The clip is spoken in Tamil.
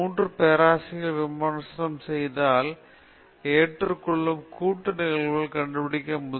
உங்கள் பேப்பரை மூன்று பேராசிரியர்கள் விமர்சனம் செய்தால் ஏற்றுக்கொள்ளும் கூட்டு நிகழ்தகவு கண்டுபிடிக்க